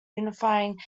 unifying